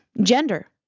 gender